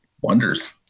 wonders